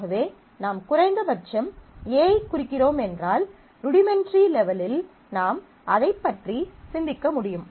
ஆகவே நாம் குறைந்தபட்சம் A ஐக் குறிக்கிறோம் என்றால் ருடிமென்ட்ரி லெவெலில் நாம் அதைப் பற்றி சிந்திக்க முடியும்